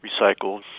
recycled